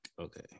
Okay